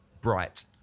bright